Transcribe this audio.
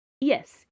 Yes